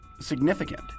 significant